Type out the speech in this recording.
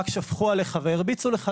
רק שפכו עליך והרביצו לך,